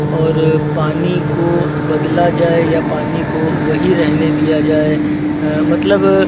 और पानी को बदला जाए या पानी को वही रहने दिया जाए मतलब